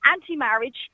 anti-marriage